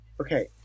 Okay